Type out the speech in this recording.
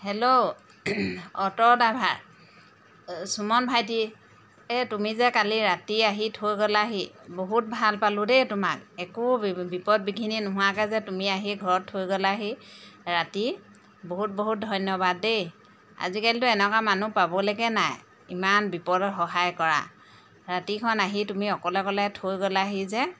hello auto driver Suman ভাইটি এই তুমি যে কালি ৰাতি আহি থৈ গ'লাহি বহুত ভাল পালোঁ দেই তোমাক একো বিপদ বিঘিনি নোহোৱাকৈ যে তুমি আহি ঘৰত থৈ গ'লাহি ৰাতি বহুত বহুত ধন্যবাদ দেই আজিকালিতো এনেকুৱা মানুহ পাবলৈকে নাই ইমান বিপদৰ সহায় কৰা ৰাতিখন আহি তুমি অকলে অকলে থৈ গ'লাহি যে